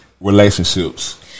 relationships